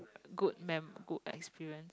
good mem~ good experience